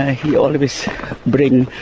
ah he always brings and